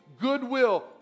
goodwill